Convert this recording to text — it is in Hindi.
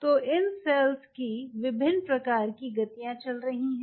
तो इन सेल्स की विभिन्न प्रकार की गतियां चल रही हैं